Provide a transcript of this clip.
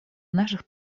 наших